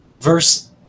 verse